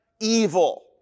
evil